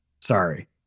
Sorry